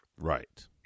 right